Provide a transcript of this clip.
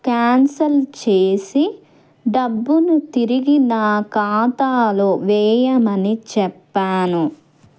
cancel చేసి డబ్బును తిరిగి నా ఖాతాలో వెయ్యమని చెప్పాను